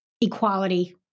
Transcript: equality